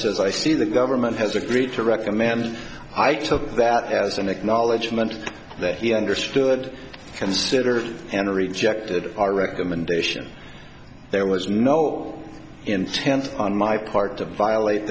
as i see the government has agreed to recommend i took that as an acknowledgment that he understood considered and rejected our recommendation there was no intent on my part to violate